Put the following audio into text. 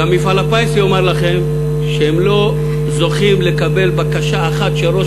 גם מפעל הפיס יאמר לכם שהם לא זוכים לקבל בקשה אחת של ראש